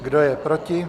Kdo je proti?